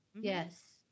yes